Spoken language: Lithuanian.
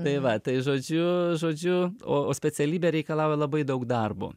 tai va tai žodžiu žodžiu o o specialybė reikalauja labai daug darbo